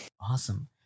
awesome